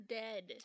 dead